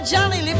Johnny